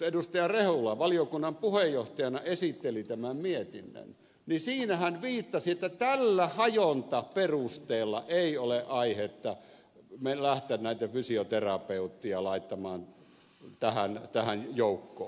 rehula valiokunnan puheenjohtajana esitteli tämän mietinnön niin siinä hän viittasi että tällä hajontaperusteella ei ole aihetta lähteä näitä fysioterapeutteja laittamaan tähän joukkoon